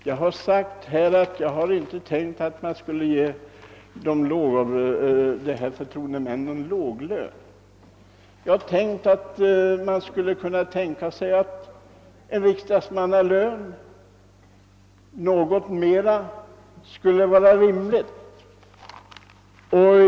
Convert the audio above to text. Jag har redan sagt att jag inte anser att dessa förtroendemän skall placeras bland låglönegrupperna; något mer än en riksdagsmannalön tycker jag skulle vara rimligt.